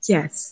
Yes